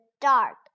dark